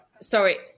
Sorry